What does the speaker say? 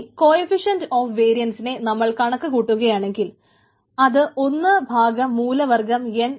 ഇനി coefficient of വേരിയസിനെ നമ്മൾ കണക്ക് കൂടുകയാണെങ്കിൽ അത് ഒന്ന് ഭാഗം മൂലവർഗ്ഗം എൻ